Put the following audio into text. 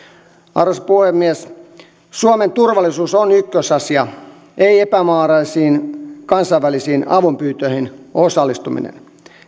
arvoisa puhemies suomen turvallisuus on ykkösasia ei epämääräisiin kansainvälisiin avunpyyntöihin osallistuminen